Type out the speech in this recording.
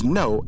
no